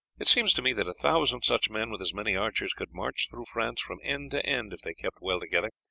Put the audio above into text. it seemed to me that a thousand such men, with as many archers, could march through france from end to end, if they kept well together,